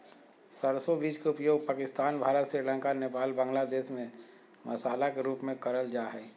सरसो बीज के उपयोग पाकिस्तान, भारत, श्रीलंका, नेपाल, बांग्लादेश में मसाला के रूप में करल जा हई